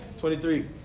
23